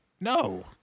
No